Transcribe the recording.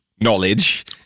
knowledge